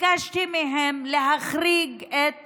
ביקשתי מהם להחריג את